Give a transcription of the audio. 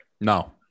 no